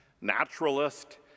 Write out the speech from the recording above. naturalist